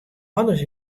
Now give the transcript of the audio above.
alles